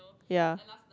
ya